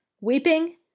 Weeping